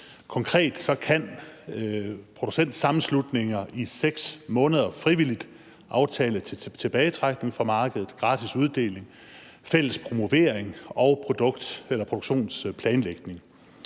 Konkret kan producentsammenslutninger i 6 måneder frivilligt aftale tilbagetrækning fra markedet, gratis uddeling, fælles promovering og produktionsplanlægning.